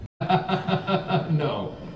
No